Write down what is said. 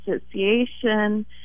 association